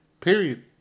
Period